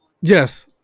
yes